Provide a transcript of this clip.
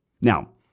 Now